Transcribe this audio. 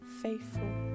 faithful